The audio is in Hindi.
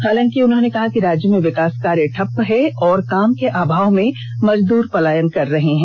हालांकि उन्होंने कहा कि राज्य में विकास कार्य ठप्प है और काम के अभाव में मजदूर पलायन कर रहे हैं